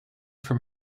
from